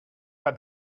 pas